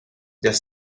their